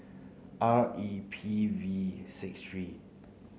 R E P V six three